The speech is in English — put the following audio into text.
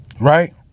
right